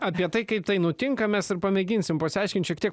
apie tai kaip tai nutinka mes ir pamėginsim pasiaiškint šiek tiek